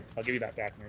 i'll give you that back.